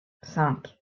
cinq